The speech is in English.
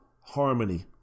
harmony